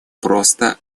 просто